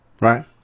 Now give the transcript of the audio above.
right